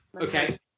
Okay